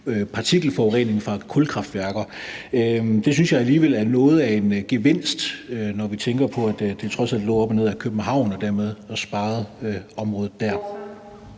partikelforurening fra kulkraftværker. Det synes jeg alligevel er noget af en gevinst, når vi tænker på, at det trods alt lå op og ned ad København og dermed sparede området der.